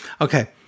Okay